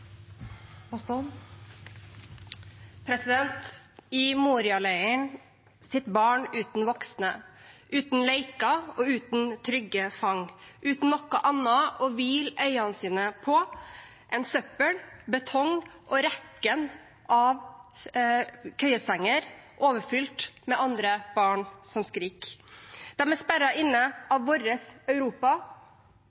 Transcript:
I Moria-leiren sitter barn uten voksne, uten leker og uten trygge fang, uten noe annet å hvile øynene sine på enn søppel, betong og rekken av køyesenger overfylt med andre barn som gråter. De er sperret inne